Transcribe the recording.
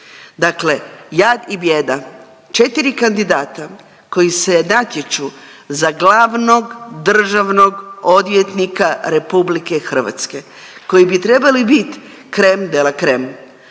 Dakle, jad i bijeda. 4 kandidata koji se natječu za glavnog državnog odvjetnika Republike Hrvatske koji bi trebali biti crem de la crem